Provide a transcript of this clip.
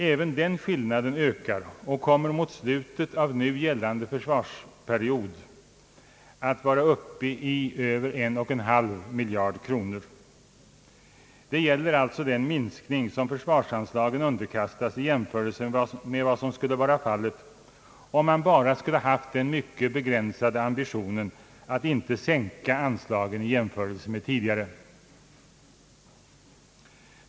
Även den skillnaden ökar och kommer mot slutet av nu gällande försvarsperiod att vara uppe i över en och en halv miljard kronor. Det gäller alltså här den minskning som försvarsanslagen underkastas i jämförelse med vad som skulle vara fallet, om man bara hade haft den mycket begränsade ambitionen att inte sänka anslagen jämfört med tidigare.